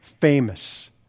famous